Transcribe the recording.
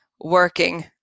working